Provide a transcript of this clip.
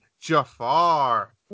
jafar